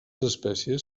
espècies